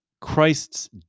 Christ's